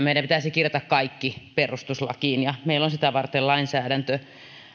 meidän pitäisi tietysti kirjata kaikki perustuslakiin meillä on sitä varten lainsäädäntö